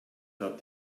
thought